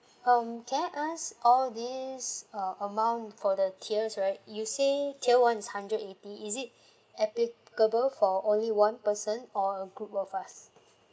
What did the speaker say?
um can I ask all these uh amount for the tiers right you say tier one is hundred eighty is it applicable for only one person or a group of us